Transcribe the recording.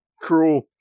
Cruel